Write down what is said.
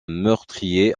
meurtrier